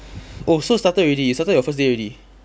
oh so started already started your first day already